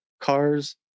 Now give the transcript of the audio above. cars